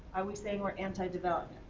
are we saying we're anti development?